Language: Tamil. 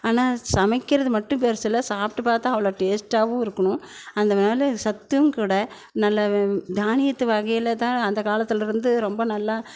ஆனால் சமைக்கிறது மட்டும் பெருசு இல்லை சாப்பிட்டு பாத்தால் அவ்வளோ டேஸ்ட்டாகவும் இருக்கணும் அதனால இது சத்தும் கூட நல்ல தானியத்து வகையில் தான் அந்த காலத்திலேருந்து ரொம்ப நல்லா